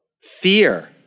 fear